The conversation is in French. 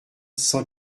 cent